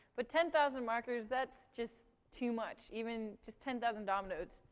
but ten thousand markers that's just too much. even just ten thousand dom nodes.